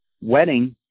wedding